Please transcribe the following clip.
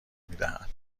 میدهد